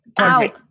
ow